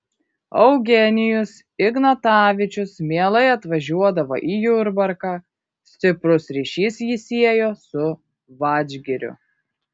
eugenijus ignatavičius mielai atvažiuodavo į jurbarką stiprus ryšys jį siejo su vadžgiriu